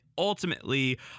ultimately